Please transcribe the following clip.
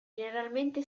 generalmente